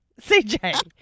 CJ